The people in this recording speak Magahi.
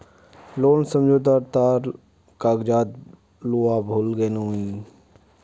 लोन समझोता तार कागजात लूवा भूल ले गेनु मि